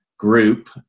group